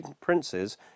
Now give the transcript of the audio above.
princes